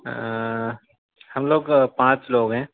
ہم لوگ پانچ لوگ ہیں